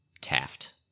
Taft